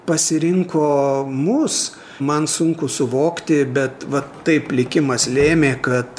pasirinko mus man sunku suvokti bet va taip likimas lėmė kad